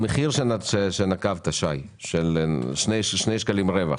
המחיר שנקב בו שי שטרן, של שני שקלים רווח,